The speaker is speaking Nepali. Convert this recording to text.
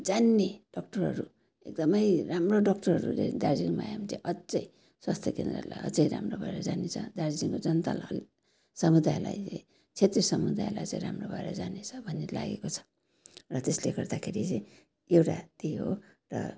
जान्ने डाक्टरहरू एकदमै राम्रो डाक्टरहरूले दार्जिलिङमा आयो भने चाहिँ अझै स्वास्थ्य केन्द्रलाई अझै राम्रो भएर जाने छ दार्जिलिङको जनतालाई समुदायलाई चाहिँ क्षेत्रीय समुदायलाई चाहिँ राम्रो भएर जानेछ भन्ने लागेको छ र त्यसले गर्दाखेरि चाहिँ एउटा त्यही हो र